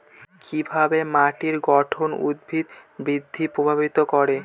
কিভাবে মাটির গঠন উদ্ভিদ বৃদ্ধি প্রভাবিত করে?